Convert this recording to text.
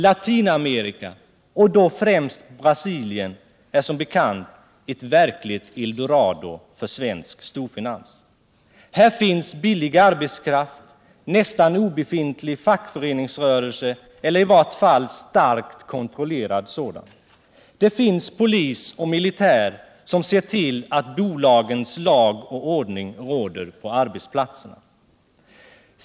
Latinamerika, och då främst Brasilien, är som bekant ett verkligt eldorado för svensk storfinans. Här finns billig arbetskraft och nästan obefintlig fackföreningsrörelse eller i vart fall starkt kontrollerad sådan. Det finns polis och militär som ser till att bolagens lag och ordning råder på arbetsplatserna.